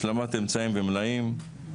השלמת אמצעים ומלאים,